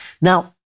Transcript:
Now